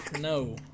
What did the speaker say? No